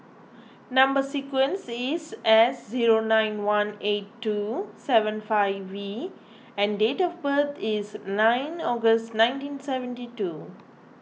Number Sequence is S zero nine one eight two seven five V and date of birth is nine August nineteen seventy two